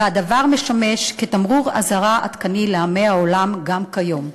והדבר משמש תמרור אזהרה עדכני לעמי העולם גם כיום.